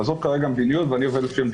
זאת כרגע המדיניות, ואני עובד לפיה.